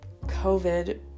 COVID